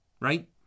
right